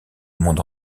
monde